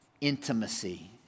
intimacy